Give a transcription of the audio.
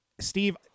Steve